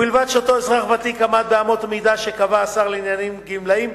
ובלבד שאותו אזרח ותיק עמד באמות מידה שקבע השר לענייני גמלאים,